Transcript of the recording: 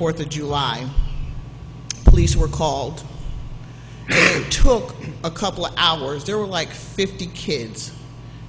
fourth of july police were called took a couple of hours there were like fifty kids